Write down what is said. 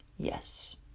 Yes